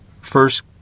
first